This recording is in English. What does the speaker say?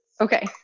Okay